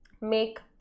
make